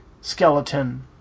skeleton